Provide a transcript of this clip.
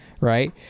right